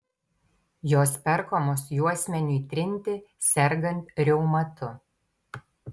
jos perkamos juosmeniui trinti sergant reumatu